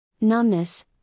numbness